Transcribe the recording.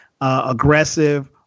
aggressive